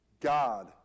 God